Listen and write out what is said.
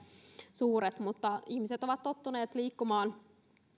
suuret ihmiset ovat tottuneet liikkumaan